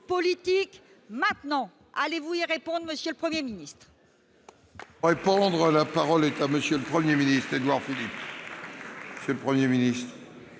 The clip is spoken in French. maintenant. Allez-vous y répondre, monsieur le Premier ministre ?